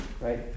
right